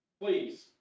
please